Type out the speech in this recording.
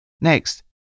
Next